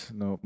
no